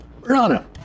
Rana